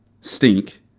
stink